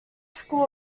school